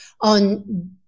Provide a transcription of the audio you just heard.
on